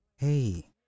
Hey